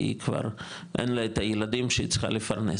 כי היא כבר אין לה את הילדים שהיא צריכה לפרנס,